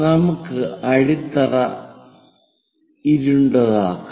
നമുക്ക് അടിത്തറ ഇരുണ്ടതാക്കാം